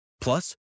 Plus